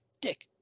Dick